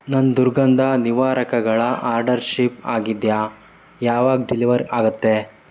ನನ್ನ ದುರ್ಗಂಧ ನಿವಾರಕಗಳ ಆರ್ಡರ್ ಶಿಪ್ ಆಗಿದೆಯಾ ಯಾವಾಗ ಡೆಲಿವರ್ ಆಗುತ್ತೆ